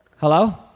Hello